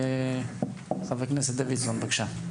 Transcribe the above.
חבר הכנסת דוידסון, בבקשה.